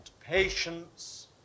patience